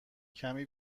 کمی